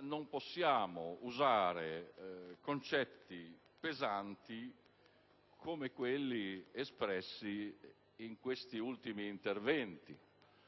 non possiamo usare concetti pesanti come quelli espressi in questi ultimi interventi.